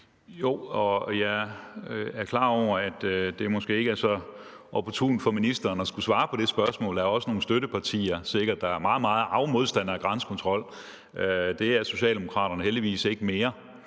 (DF): Jeg er klar over, at det måske ikke er så opportunt for ministeren at skulle svare på det spørgsmål, og der er sikkert også nogle støttepartier, som er meget, meget arge modstandere af grænsekontrol – det er Socialdemokratiet heldigvis ikke mere.